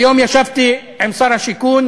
היום ישבתי עם שר השיכון.